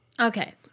Okay